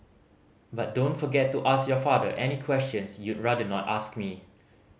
but don't forget to ask your father any questions you'd rather not ask me